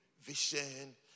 vision